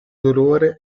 dolore